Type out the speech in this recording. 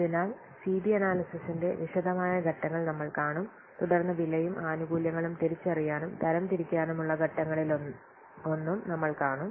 അതിനാൽ C B അനാല്യ്സിസിന്റെ വിശദമായ ഘട്ടങ്ങൾ നമ്മൾ കാണും തുടർന്ന് വിലയും ആനുകൂല്യങ്ങളും തിരിച്ചറിയാനും തരംതിരിക്കാനുമുള്ള ഘട്ടങ്ങളിലൊന്നും നമ്മൾ കാണും